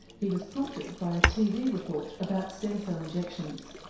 he was prompted by a tv report about stem cell injections.